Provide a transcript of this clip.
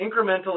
incremental